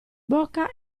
bocca